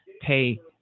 pay